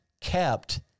kept